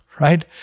right